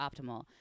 optimal